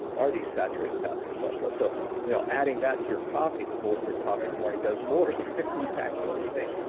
are these saturated fats and cholesterol. so you know adding that to your coffee, the bulletproof coffee in the morning, does more than you actually think.